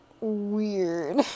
weird